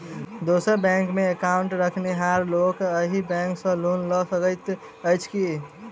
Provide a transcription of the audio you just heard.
दोसर बैंकमे एकाउन्ट रखनिहार लोक अहि बैंक सँ लोन लऽ सकैत अछि की?